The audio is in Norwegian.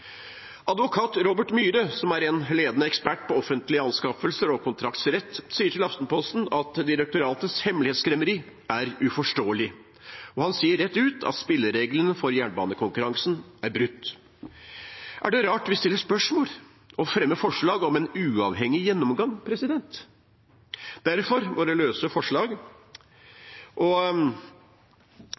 Advokat Robert Myhre, som er en ledende ekspert på offentlige anskaffelser og kontraktsrett, sier til Aftenposten at direktoratets hemmelighetskremmeri er uforståelig. Han sier rett ut at spillereglene for jernbanekonkurransen er brutt. Er det rart vi stiller spørsmål og fremmer forslag om en uavhengig gjennomgang? Det er grunnen til våre løse forslag.